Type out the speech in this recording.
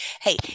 Hey